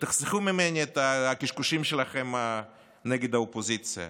ותחסכו ממני את הקשקושים שלכם נגד האופוזיציה.